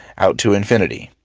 out to infinity.